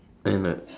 and like